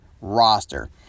roster